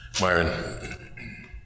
Myron